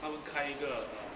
他们开一个 uh